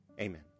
Amen